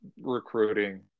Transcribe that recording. recruiting